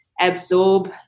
absorb